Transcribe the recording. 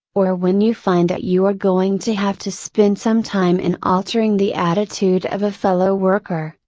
or when you find that you are going to have to spend some time in altering the attitude of a fellow worker,